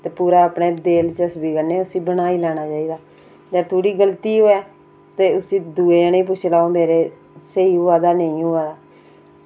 ते पूरा दिल्चस्पी रकन्नै उसी बनाई लैना चाहिदा ते थोह्ड़ी गलती होऐ ते उसी दूए जनें गी पुच्छी लैओ मेरा स्हेई होआ दा जां नेईं होआ दा